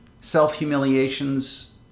self-humiliations